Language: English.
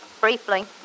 briefly